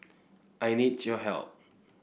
I need your help